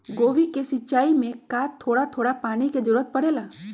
गोभी के सिचाई में का थोड़ा थोड़ा पानी के जरूरत परे ला?